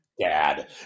dad